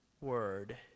word